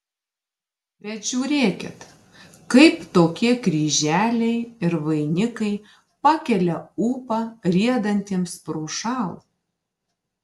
bet žiūrėkit kaip tokie kryželiai ir vainikai pakelia ūpą riedantiems prošal